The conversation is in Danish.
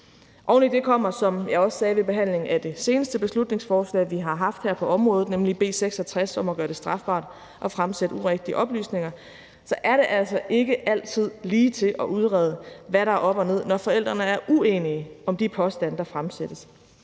Oven i det kommer, som jeg også sagde ved behandlingen af det seneste beslutningsforslag, vi har haft her på området, nemlig B 66 om at gøre det strafbart at fremsætte urigtige oplysninger, at det altså ikke altid er lige til at udrede, hvad der er op og ned, når forældrene er uenige om de påstande, der fremsættes.